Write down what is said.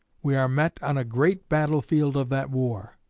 we are met on a great battle-field of that war.